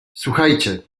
słuchajcie